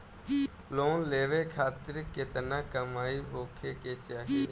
Loan लेवे खातिर केतना कमाई होखे के चाही?